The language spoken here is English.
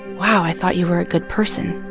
wow i thought you were a good person